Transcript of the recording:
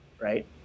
right